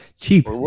Cheap